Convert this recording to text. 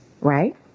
right